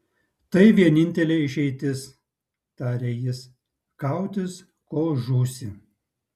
tai vienintelė išeitis tarė jis kautis kol žūsi